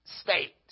state